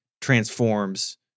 transforms